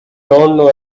know